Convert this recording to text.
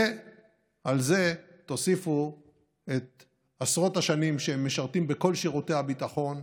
ועל זה תוסיפו את עשרות השנים שהם משרתים בכל שירותי הביטחון,